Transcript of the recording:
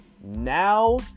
Now